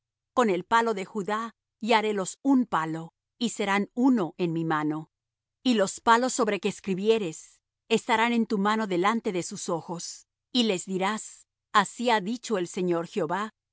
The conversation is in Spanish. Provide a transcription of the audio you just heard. con el palo de judá y harélos un palo y serán uno en mi mano y los palos sobre que escribieres estarán en tu mano delante de sus ojos y les dirás así ha dicho el señor jehová